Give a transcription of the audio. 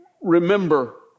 remember